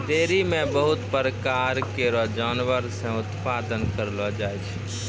dairy म बहुत प्रकार केरो जानवर से उत्पादन करलो जाय छै